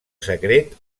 secret